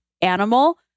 animal